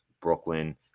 Brooklyn –